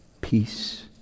peace